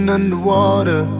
Underwater